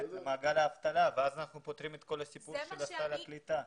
למעגל האבטלה ואז אנחנו פותרים את כל הסיפור של סל הקליטה.